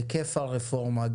היקף הרפורמה,